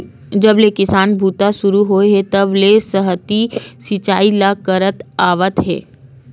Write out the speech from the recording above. जब ले किसानी बूता सुरू होए हे तब ले सतही सिचई ल करत आवत हे